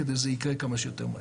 כדי שזה יקרה כמה שיותר מהר.